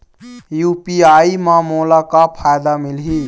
UPI म मोला का फायदा मिलही?